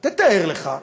תאר לך,